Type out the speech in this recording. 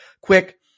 quick